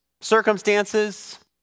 circumstances